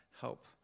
help